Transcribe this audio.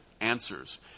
answers